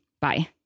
Bye